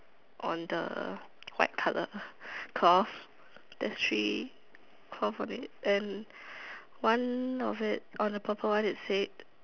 on the white color cloth the tree cover it and one of it on the purple one it say